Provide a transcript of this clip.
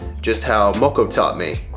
just how mokko taught me.